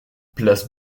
place